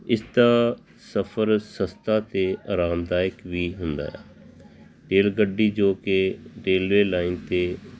ਇਸ ਦਾ ਸਫਰ ਸਸਤਾ ਅਤੇ ਆਰਾਮਦਾਇਕ ਵੀ ਹੁੰਦਾ ਰੇਲ ਗੱਡੀ ਜੋ ਕਿ ਰੇਲਵੇ ਲਾਈਨ 'ਤੇ